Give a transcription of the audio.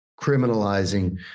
criminalizing